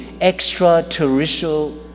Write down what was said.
extraterrestrial